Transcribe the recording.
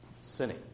sinning